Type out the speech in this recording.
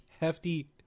hefty